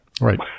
Right